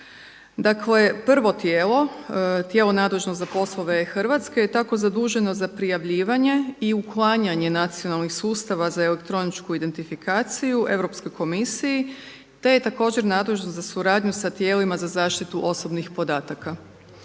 Dakle prvo tijelo, tijelo nadležno za poslove e-Hrvatska je tako zaduženo za prijavljivanje i uklanjanje nacionalnih sustava za elektroničku identifikaciju Europskoj komisiji te je također nadležno za suradnju sa tijelima za zaštitu osobnih podataka.